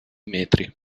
metri